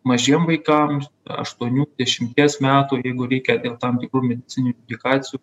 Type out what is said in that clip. mažiem vaikam aštuonių dešimties metų jeigu reikia dėl tam tikrų medicininių indikacijų